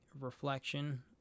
reflection